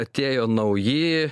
atėjo nauji